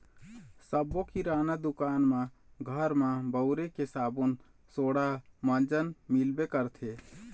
सब्बो किराना दुकान म घर म बउरे के साबून सोड़ा, मंजन मिलबे करथे